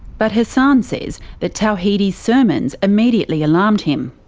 but hassan says that tawhidi's sermons immediately alarmed him.